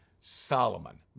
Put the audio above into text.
Solomon